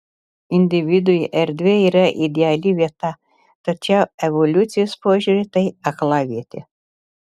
individui erdvė yra ideali vieta tačiau evoliucijos požiūriu tai aklavietė